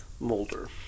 molder